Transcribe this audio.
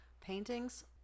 Paintings